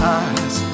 eyes